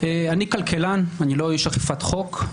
אני כלכלן, אני לא איש אכיפת חוק.